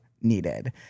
needed